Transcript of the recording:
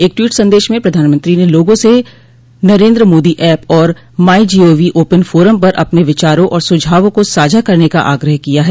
एक ट्वीट संदेश में प्रधानमंत्री ने लोगों से नरेन्द्र मोदी ऐप और my G O V open forum पर अपने विचारों और सुझावों को साझा करने का आग्रह किया है